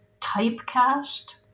typecast